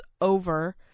over